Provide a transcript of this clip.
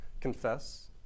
Confess